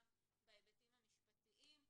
גם בהיבטים המשפטיים.